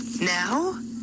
Now